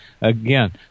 again